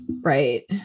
right